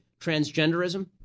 transgenderism